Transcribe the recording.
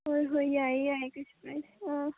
ꯍꯣꯏ ꯍꯣꯏ ꯌꯥꯏꯌꯦ ꯌꯥꯏꯌꯦ ꯀꯩꯁꯨ ꯀꯥꯏꯗꯦ ꯑꯥ